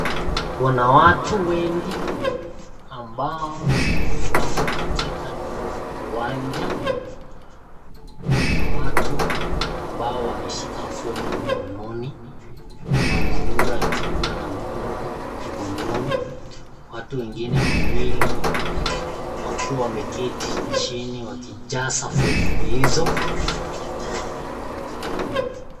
Kuna watu wengi ambao wako katika uwanja. Kuna watu ambao wameshika fomu mkononi, mama huu akiwa na mtoto mgongoni. Watu wengine wawili wakiwa wameketi chini wakijaza fomu hizo.